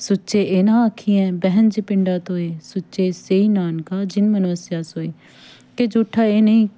ਸੂਚੇ ਏਹ ਨਾ ਆਖੀਅਹਿ ਬਹਨਿ ਜਿ ਪਿੰਡਾ ਧੋਇ ਸੂਚੇ ਸੇਈ ਨਾਨਕਾ ਜਿਨ ਮਨ ਵਸਿਆ ਸੋਇ ਕਿ ਜੂਠਾ ਇਹ ਨਹੀ